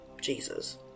Jesus